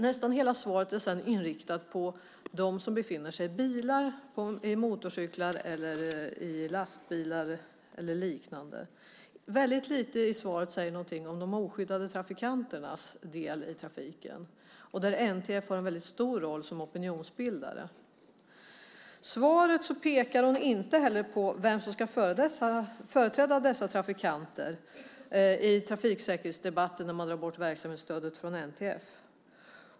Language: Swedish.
Nästan hela svaret är sedan inriktat på dem som befinner sig i bilar, på motorcyklar, i lastbilar eller liknande. Väldigt lite säger något om de oskyddade trafikanterna. Där har NTF en väldigt stor roll som opinionsbildare. I svaret pekar hon heller inte på vem som ska företräda dessa trafikanter i trafiksäkerhetsdebatten om man drar bort verksamhetsstödet från NTF.